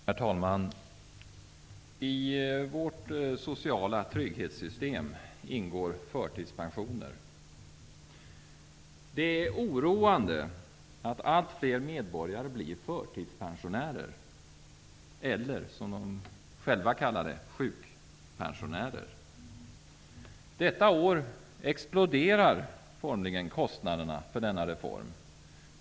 Herr talman! I vårt sociala trygghetssystem ingår förtidspensioner. Det är oroande att allt fler medborgare blir förtidspensionärer eller, som de själva kallar det, sjukpensionärer. Detta år exploderar formligen kostnaderna för denna reform.